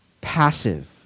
passive